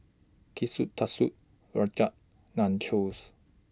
Kushikatsu Rajma Nachos